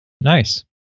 Nice